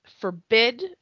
forbid